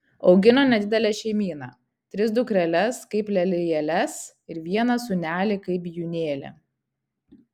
augino nedidelę šeimyną tris dukreles kaip lelijėles ir vieną sūnelį kaip bijūnėlį